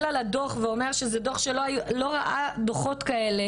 על הדוח ואומר שהוא לא ראה דוחות כאלה.